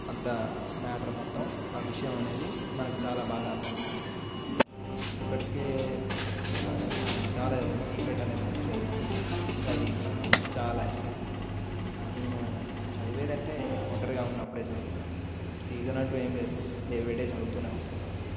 అంత మ్యాటర్ మొత్తం ఆ విషయం అనేది మనకు చాలా బాగా అర్థమవుతుంది ఇప్పటికే ఉన్న పుస్తకాాలంటే ఆ నేను చాలా చదివ సీక్రెట్ అనే బుక్ చదివాను అది నాకు చాలా ఇష్టం నేను చదివేది అంటే ఒంటరిగా ఉన్నప్పుడే చదువుతాను సీజన్ అంటూ ఏం లేదు ఎవ్రిడే చదువుతూనే ఉంటాను